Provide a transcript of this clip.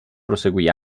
proseguì